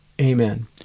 amen